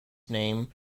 name